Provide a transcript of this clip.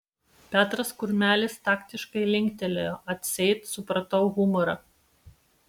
petras kurmelis taktiškai linktelėjo atseit supratau humorą